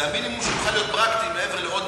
זה המינימום שנוכל כדי להיות פרקטיים מעבר לעוד